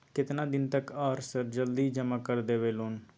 केतना दिन तक आर सर जल्दी जमा कर देबै लोन?